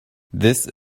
this